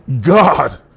God